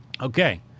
Okay